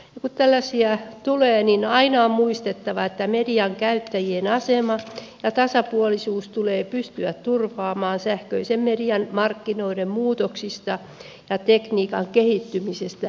kun tällaisia tulee niin aina on muistettava että median käyttäjien asema ja tasapuolisuus tulee pystyä turvaamaan sähköisen median markkinoiden muutoksista ja tekniikan kehittymisestä riippumatta